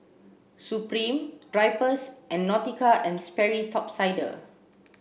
Supreme Drypers and Nautica and Sperry Top Sider